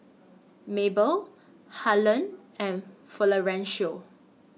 Mabel Harland and Florencio